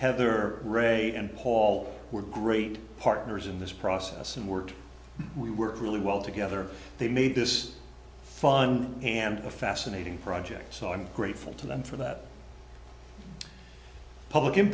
heather ray and paul were great partners in this process and worked we worked really well together they made this fun and a fascinating project so i'm grateful to them for that public